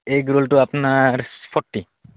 egg ৰ'লটো আপোনাৰ forty